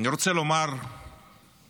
אני רוצה לומר למפגינים: